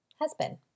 husband